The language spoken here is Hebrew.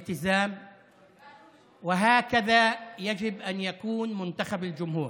במחויבות, במחויבות, וכך צריך להיות נבחר ציבור,